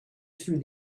through